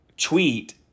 tweet